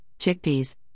chickpeas